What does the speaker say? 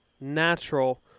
natural